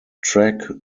track